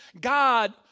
God